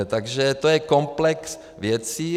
Takže to je komplex věcí.